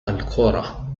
الكرة